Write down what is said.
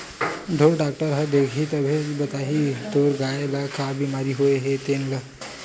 ढ़ोर डॉक्टर ह देखही तभे बताही तोर गाय ल का बिमारी होय हे तेन ल